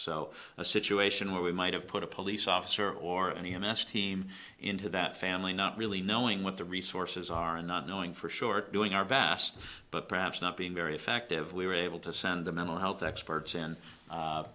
so a situation where we might have put a police officer or any of us team into that family not really knowing what the resources are not knowing for sure doing our best but perhaps not being very effective we were able to send a mental health experts in